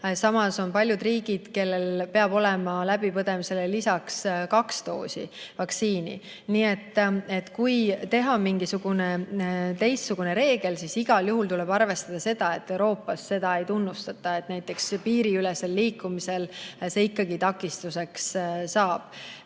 Samas on paljud riigid, kus peab olema läbipõdemisele lisaks saadud kaks doosi vaktsiini. Nii et kui teha mingisugune teistsugune reegel, siis igal juhul tuleb arvestada seda, et mujal Euroopas seda ehk ei tunnustata ja piiriülesel liikumisel võib see ikkagi olla takistus.